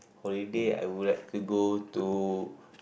holiday I would like to go to